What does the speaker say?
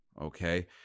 okay